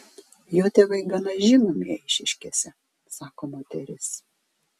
jo tėvai gana žinomi eišiškėse sako moteris